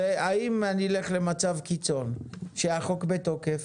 אם נלך למצב קיצון, שהחוק בתוקף,